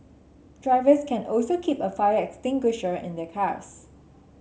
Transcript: drivers can also keep a fire extinguisher in their cars